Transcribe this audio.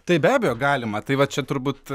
tai be abejo galima tai va čia turbūt